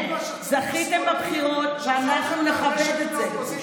זכיתם בבחירות, ואנחנו נכבד את זה.